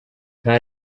nta